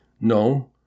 No